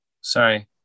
sorry